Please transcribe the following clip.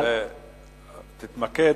אבל,